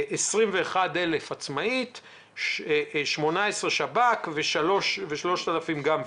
21,000 עצמאית, 18,000 שב"כ, ו-3,000 גם וגם.